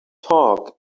talk